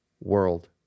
world